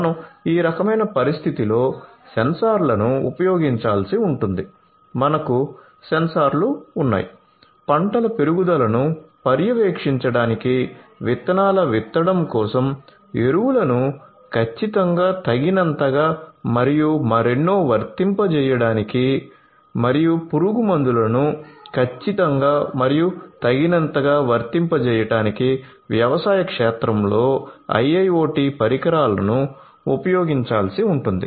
మనం ఈ రకమైన పరిస్థితి లో సెన్సార్లను ఉపయోగించాల్సి ఉంటుంది మనకు సెన్సార్లు ఉన్నాయి పంటల పెరుగుదలను పర్యవేక్షించడానికి విత్తనాల విత్తడం కోసం ఎరువులను ఖచ్చితంగా తగినంతగా మరియు మరెన్నో వర్తింపజేయడానికి మరియు పురుగు మందులను ఖచ్చితం గా మరియు తగినంత గా వర్తింపజేయడానికి వ్యవసాయ క్షేత్రంలో IIoT పరికరాలను ఉపయోగించాల్సి ఉంటుంది